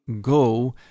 go